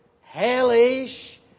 hellish